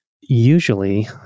usually